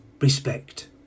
respect